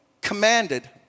commanded